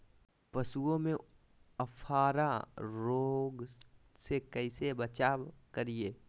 पशुओं में अफारा रोग से कैसे बचाव करिये?